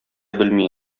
белми